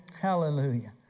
Hallelujah